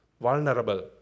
Vulnerable